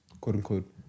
quote-unquote